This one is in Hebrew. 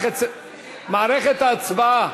מערכת ההצבעה.